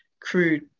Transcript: crude